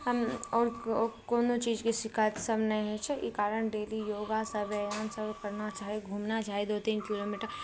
आओर कोनो चीजके शिकायत सभ नहि होइ छै ई कारण डेली योगासँ व्यायाम सभ करना चाही घुमना चाही दू तीन किलोमीटर